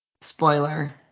spoiler